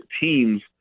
teams